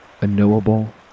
unknowable